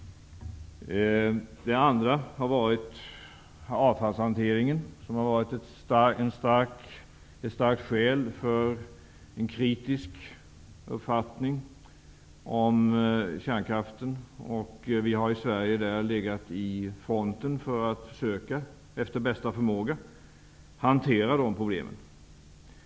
Vidare har avfallshanteringen varit ett starkt skäl för en kritisk uppfattning om kärnkraften. Vi har i Sverige legat i fronten för att efter bästa förmåga försöka hantera de problemen.